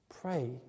pray